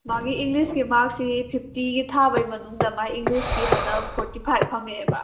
ꯃꯥꯒꯤ ꯏꯪꯂꯤꯁꯀꯤ ꯃꯥꯔꯛꯁꯤ ꯐꯤꯐꯇꯤꯒꯤ ꯊꯥꯕꯒꯤ ꯃꯅꯨꯡꯗ ꯃꯥꯒꯤ ꯏꯪꯂꯤꯁꯀꯤ ꯍꯟꯗꯛ ꯐꯣꯔꯇꯤ ꯐꯥꯏꯞ ꯐꯪꯉꯦꯕ